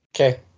Okay